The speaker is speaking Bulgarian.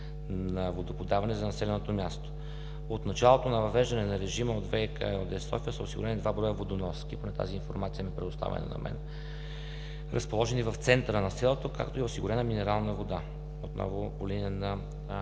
на водоподаване за населеното място. От началото на въвеждане на режима от ВИК ЕООД – София, са осигурени два броя водоноски – такава информация ми е предоставена, разположени в центъра на селото, както и е осигурена минерална вода, отново по линия на